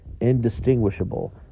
indistinguishable